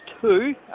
two